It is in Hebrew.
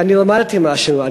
ואני למדתי משהו.